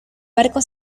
barco